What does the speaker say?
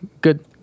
good